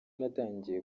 natangiye